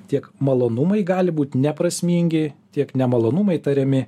tiek malonumai gali būt neprasmingi tiek nemalonumai tariami